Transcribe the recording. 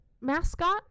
mascot